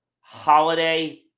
holiday